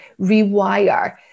rewire